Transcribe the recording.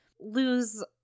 lose